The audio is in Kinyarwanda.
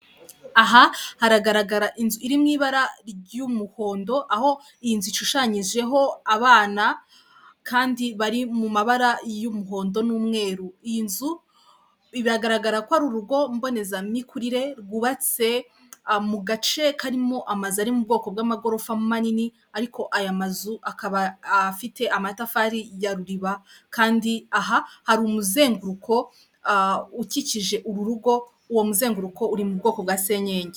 Aha haragaragara inzu iriwi ibara ry'umuhondo, aho iyi nzu ishushanyijeho abana kandi bari mu mabara y'umuhondo n'umweru, iyi nzu biragaragara ko ari urugo mbonezamikurire rwubatse mu gace karimo amazu ari mu bwoko bw'amagorofa manini ariko aya mazu akaba afite amatafari ya ruriba kandi aha hari umuzenguruko ukikije uru rugo, uwo musenguruko uri mu bwoko bwa senyenge.